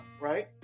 right